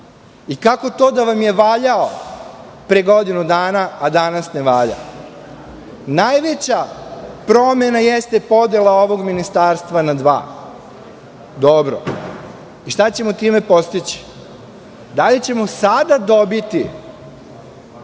Kako to da vam je valjao pre godinu dana, a danas ne valja? Najveća promena jeste podela ovog ministarstva na dva. Dobro. Šta ćemo time postići? Da li ćemo sada dobiti